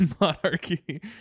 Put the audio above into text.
monarchy